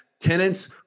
tenants